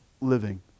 living